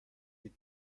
die